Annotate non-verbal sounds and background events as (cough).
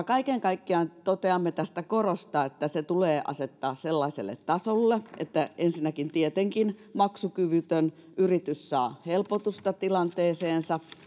(unintelligible) kaiken kaikkiaan toteamme tästä korosta että se tulee asettaa sellaiselle tasolle että ensinnäkin tietenkin maksukyvytön yritys saa helpotusta tilanteeseensa